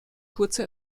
kurze